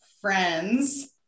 friends